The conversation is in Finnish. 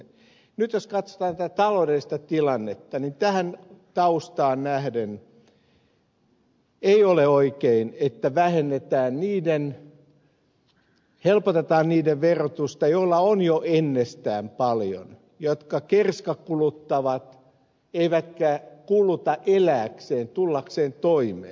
nyt jos katsotaan tätä taloudellista tilannetta niin tähän taustaan nähden ei ole oikein että helpotetaan verotusta niille joilla on jo ennestään paljon jotka kerskakuluttavat eivätkä kuluta elääkseen tullakseen toimeen